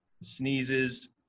sneezes